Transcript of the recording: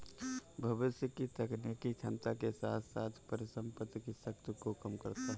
भविष्य की तकनीकी क्षमता के साथ साथ परिसंपत्ति की शक्ति को कम करता है